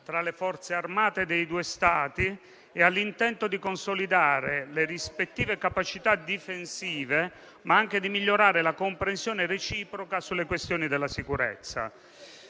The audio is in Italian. tra le Forze armate dei due Stati, nell'intento di consolidare le rispettive capacità difensive, ma anche di migliorare la comprensione reciproca sulle questioni della sicurezza.